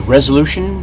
Resolution